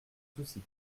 soucis